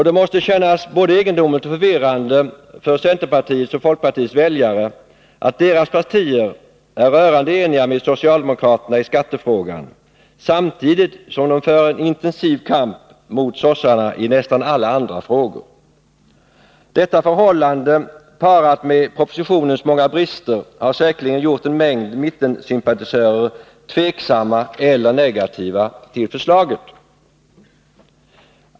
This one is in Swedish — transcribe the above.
Det måste kännas både egendomligt och förvirrande för centerpartiets och folkpartiets väljare, att deras partier är rörande eniga med socialdemokraterna i skattefrågan, samtidigt som de för en intensiv kamp mot sossarna i nästan alla andra frågor. Detta förhållande, parat med propositionens många brister, har säkerligen gjort en mängd mittensympatisörer tveksamma eller negativa till förslaget.